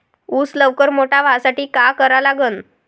ऊस लवकर मोठा व्हासाठी का करा लागन?